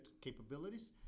capabilities